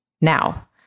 now